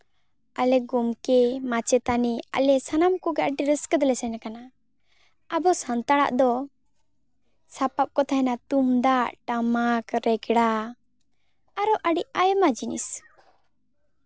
ᱟᱞᱮ ᱜᱚᱢᱠᱮ ᱢᱟᱪᱮᱛᱟᱹᱱᱤ ᱟᱞᱮ ᱥᱟᱱᱟᱢ ᱠᱚᱜᱮ ᱟᱹᱰᱤ ᱨᱟᱹᱥᱠᱟᱹ ᱛᱮᱞᱮ ᱥᱮᱱ ᱠᱟᱱᱟ ᱟᱵᱚ ᱥᱟᱱᱛᱟᱲᱟᱜ ᱫᱚ ᱥᱟᱯᱟᱯ ᱠᱚ ᱛᱟᱦᱮᱱᱟ ᱛᱩᱢᱫᱟᱜ ᱴᱟᱢᱟᱠ ᱨᱮᱸᱜᱽᱲᱟ ᱟᱨᱚ ᱟᱹᱰᱤ ᱟᱭᱢᱟ ᱡᱤᱱᱤᱥ